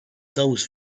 those